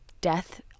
death